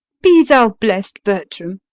be thou blest, bertram,